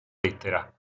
lettera